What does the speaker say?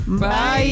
Bye